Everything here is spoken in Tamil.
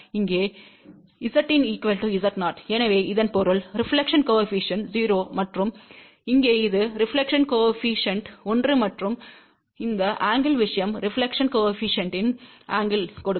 இங்கே Zin Z0 எனவே இதன் பொருள் ரெபிலெக்ஷன் கோஏபிசிஎன்ட் 0 மற்றும் இங்கே இது ரெபிலெக்ஷன் கோஏபிசிஎன்ட் 1 மற்றும் இந்த ஆங்கிள் விஷயம் ரெபிலெக்ஷன் கோஏபிசிஎன்டின் ஆங்கிள் கொடுக்கும்